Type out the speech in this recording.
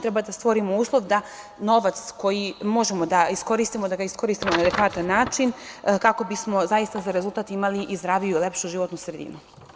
Treba da stvorimo uslov da novac koji možemo da iskoristimo da ga iskoristimo na adekvatan način kako bismo zaista za rezultat imali i zdraviju i lepšu životnu sredinu.